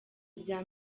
ibya